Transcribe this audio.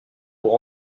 pour